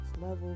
level